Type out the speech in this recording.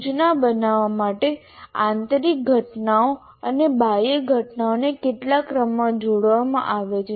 સૂચના બનાવવા માટે આંતરિક ઘટનાઓ અને બાહ્ય ઘટનાઓને કેટલાક ક્રમમાં જોડવામાં આવે છે